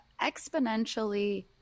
exponentially